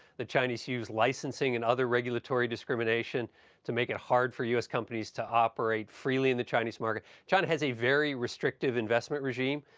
the chinese use licensing and other regulatory discrimination to make it hard for u s. companies to operate freely in the chinese market. china has a very restrictive investment regime,